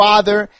Father